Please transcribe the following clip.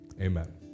amen